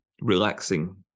relaxing